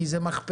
כי זה מכפלות.